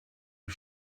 you